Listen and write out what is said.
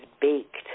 baked